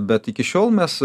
bet iki šiol mes